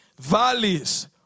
valleys